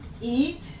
eat